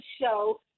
show